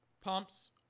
pumps